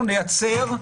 אנחנו נייצר,